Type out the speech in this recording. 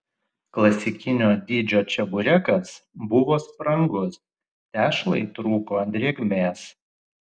klasikinio dydžio čeburekas buvo sprangus tešlai trūko drėgmės